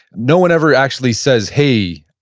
no one ever actually says, hey,